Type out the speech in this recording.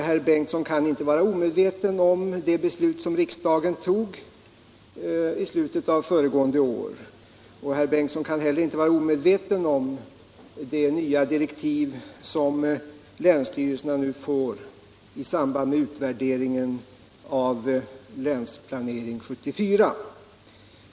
Herr Bengtsson kan inte vara omedveten om det beslut som riksdagen fattade i slutet av föregående år och inte heller om de nya direktiv som länsstyrelserna nu får i samband med utvärderingen av Länsplanering 1974.